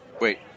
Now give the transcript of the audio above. Wait